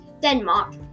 Denmark